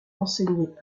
enseigné